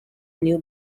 new